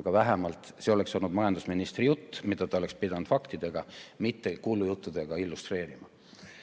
aga vähemalt see oleks olnud majandusministri jutt, mida ta oleks pidanud faktidega, mitte kuulujuttudega illustreerima. Oleks